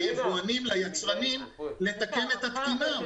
ליבואנים וליצרנים לתקן את התקינה,